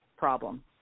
problem